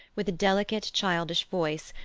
with a delicate childish voice,